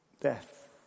death